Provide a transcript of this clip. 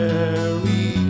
Mary